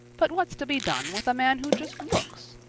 but what's to be done with a man who just looks?